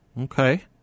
Okay